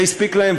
זה הספיק להם.